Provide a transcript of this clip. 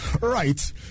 Right